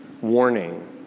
warning